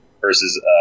versus